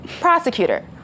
Prosecutor